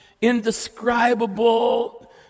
indescribable